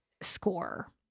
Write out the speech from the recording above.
score